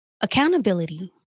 accountability